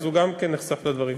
אז הוא גם כן נחשף לדברים.